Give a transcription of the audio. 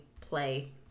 play